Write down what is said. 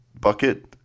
bucket